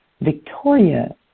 Victoria